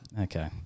Okay